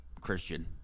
Christian